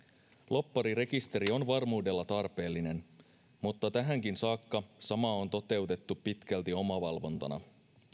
lobbarirekisteri on varmuudella tarpeellinen mutta tähänkin saakka samaa on toteutettu pitkälti omavalvontana